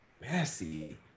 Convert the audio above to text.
messy